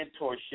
mentorship